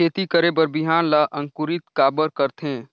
खेती करे बर बिहान ला अंकुरित काबर करथे?